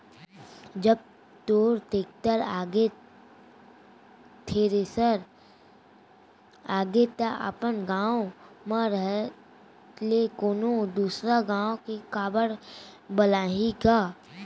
जब तोर टेक्टर आगे, थेरेसर आगे त अपन गॉंव म रहत ले कोनों दूसर गॉंव ले काबर बलाही गा?